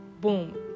boom